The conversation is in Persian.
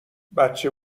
بچه